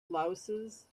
louses